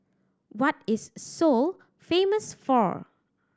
what is Seoul famous for